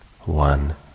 One